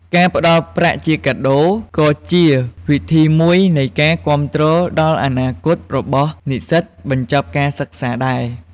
ការផ្តល់ប្រាក់ជាកាដូ ក៏ជាវិធីមួយនៃការគាំទ្រដល់អនាគតរបស់និស្សិតបញ្ចប់ការសិក្សាដែរ។